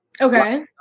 Okay